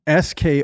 SK